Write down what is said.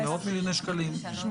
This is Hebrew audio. מאות מיליוני שקלים?